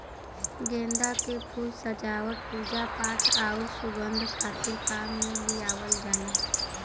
गेंदा के फूल सजावट, पूजापाठ आउर सुंगध खातिर काम में लियावल जाला